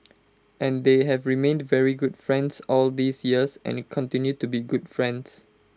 and they have remained very good friends all these years and continue to be good friends